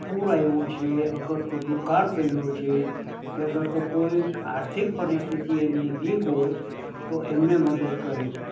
પૂર આવ્યું છે અગર તો દુકાળ પડ્યો છે કે અગર તો કોઈક આર્થિક પરિસ્થિતિ એની વીક હોય તો એમને મદદ કરે છે